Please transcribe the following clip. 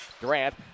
Durant